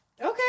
okay